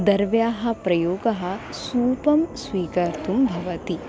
दर्व्याः प्रयोगः सूपं स्वीकर्तुं भवति